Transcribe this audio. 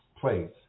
place